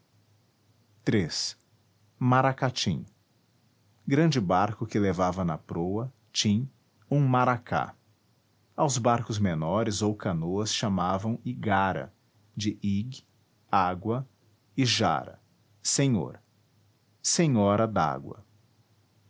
iii maracatim grande barco que levava na proa tim um maracá aos barcos menores ou canoas chamavam igara de ig água e jara senhor senhora d água